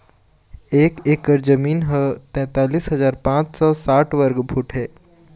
एक एकर जमीन ह तैंतालिस हजार पांच सौ साठ वर्ग फुट हे